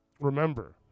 remember